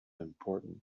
important